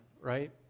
right